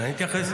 אני אתייחס